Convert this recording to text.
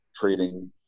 trading